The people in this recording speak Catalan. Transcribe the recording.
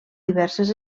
diverses